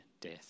death